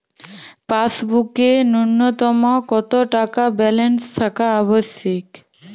পাসবুকে ন্যুনতম কত টাকা ব্যালেন্স থাকা আবশ্যিক?